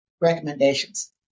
recommendations